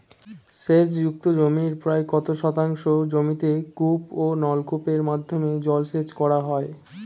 সেচ যুক্ত জমির প্রায় কত শতাংশ জমিতে কূপ ও নলকূপের মাধ্যমে জলসেচ করা হয়?